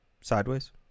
Sideways